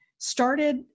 Started